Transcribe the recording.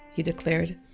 he declared,